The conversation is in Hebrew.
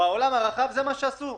בעולם הרחב זה מה שעשו.